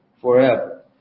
forever